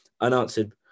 Unanswered